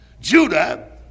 Judah